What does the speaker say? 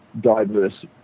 diverse